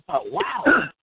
Wow